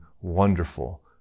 wonderful